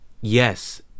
Yes